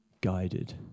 guided